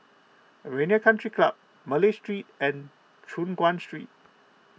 Arena Country Club Malay Street and Choon Guan Street